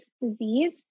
disease